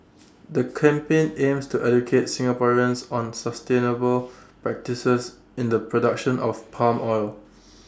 the campaign aims to educate Singaporeans on sustainable practices in the production of palm oil